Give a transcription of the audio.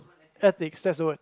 ethics that's the word